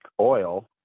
oil